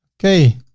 okay.